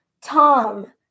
tom